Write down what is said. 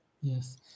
Yes